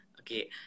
Okay